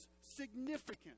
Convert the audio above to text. significant